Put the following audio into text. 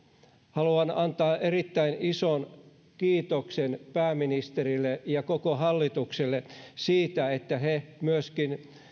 haluan antaa erittäin ison kiitoksen pääministerille ja koko hallitukselle siitä että he myöskin